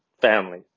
family